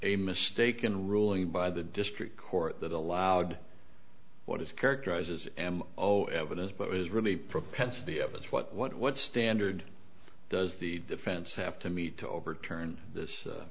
a mistaken ruling by the district court that allowed what is characterized as am oh evidence but was really propensity of us what what standard does the defense have to meet to overturn this